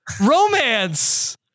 romance